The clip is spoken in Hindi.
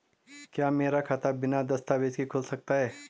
क्या मेरा खाता बिना दस्तावेज़ों के खुल सकता है?